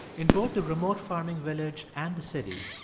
in both the remote farming village and the city,